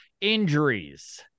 injuries